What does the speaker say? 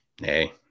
Hey